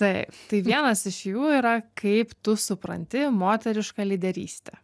taip tai vienas iš jų yra kaip tu supranti moterišką lyderystę